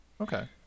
okay